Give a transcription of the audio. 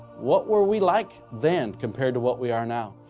what were we like then compared to what we are now?